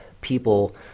people